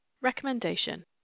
Recommendation